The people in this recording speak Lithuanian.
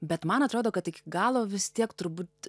bet man atrodo kad tik iki galo vis tiek turbūt